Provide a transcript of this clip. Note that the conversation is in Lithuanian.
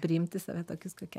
priimti save tokius kokie